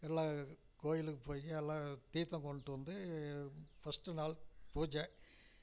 எல்லா கோயிலுக்கு போய் எல்லா தீர்த்தம் கொண்டுட்டு வந்து ஃபர்ஸ்ட்டு நாள் பூஜை